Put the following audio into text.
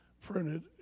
printed